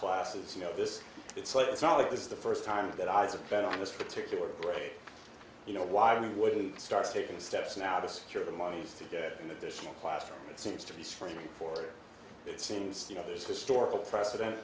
classes you know this it's late it's not like this is the first time that i've been on this particular grade you know why we wouldn't start taking steps now to secure the monies to get an additional classroom it seems to be supreme court it seems you know there's historical preceden